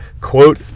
quote